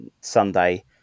Sunday